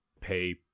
pay